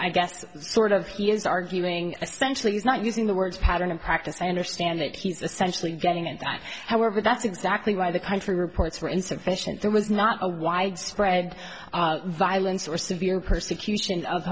i guess sort of he is arguing essentially he's not using the words pattern and practice i understand it he's essentially getting it that however that's exactly why the country reports were insufficient there was not a widespread violence or severe persecution of